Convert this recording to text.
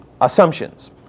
assumptions